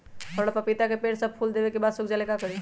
हमरा पतिता के पेड़ सब फुल देबे के बाद सुख जाले का करी?